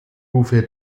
rufe